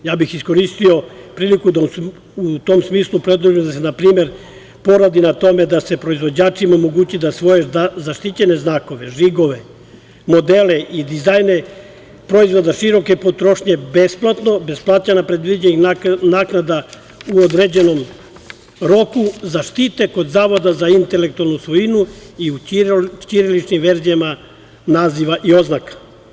Iskoristio bih priliku da u tom smislu predložim da se poradi na tome da se proizvođačima omogući da svoje zaštićene znakove, žigove, modele i dizajne proizvoda široke potrošnje besplatno, bez naknada u određenom roku zaštite kod Zavoda za intelektualnu svojinu i u ćiriličnim verzijama naziva i oznaka.